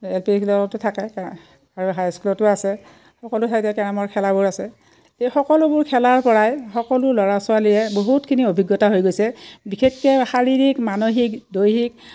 থাকে আৰু হাইস্কুলতো আছে সকলো ঠাইতে কেৰমৰ খেলাবোৰ আছে এই সকলোবোৰ খেলাৰ পৰাই সকলো ল'ৰা ছোৱালীয়ে বহুতখিনি অভিজ্ঞতা হৈ গৈছে বিশেষকৈ শাৰীৰিক মানসিক দৈহিক